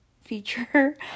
feature